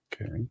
Okay